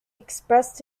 expressed